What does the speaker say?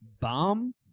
Bomb